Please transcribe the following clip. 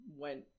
went